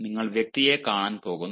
നിങ്ങൾ വ്യക്തിയെ കാണാൻ പോകുന്നില്ല